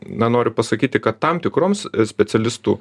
na noriu pasakyti kad tam tikroms specialistų